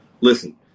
Listen